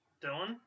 Dylan